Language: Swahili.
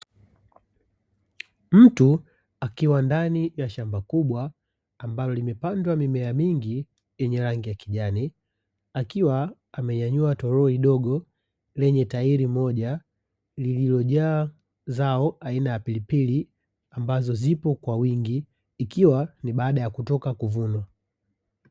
Mtu akiwa ndani ya shamba kubwa ambalo limepandwa mimea mingi yenye rangi ya kijani, akiwa amenyanyua toroli dogo lenye tairi moja lililojaa zao aina ya pilipili ambazo zipo kwa wingi ikiwa ni baada ya kutoka kuvunwa